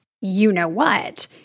you-know-what